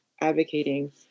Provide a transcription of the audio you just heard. advocating